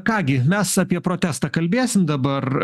ką gi mes apie protestą kalbėsim dabar